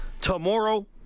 tomorrow